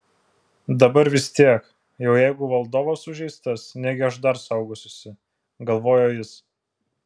dabar vis tiek jau jeigu valdovas sužeistas negi aš dar saugosiuosi galvojo jis